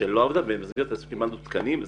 במסגרת השמת התקנים.